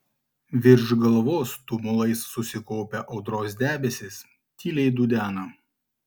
virš galvos tumulais susikaupę audros debesys tyliai dudena